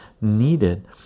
needed